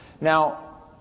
Now